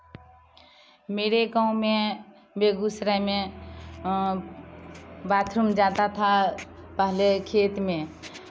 मेरे गाँव में बेगूसराय में बाथरूम जाता था पहले खेत में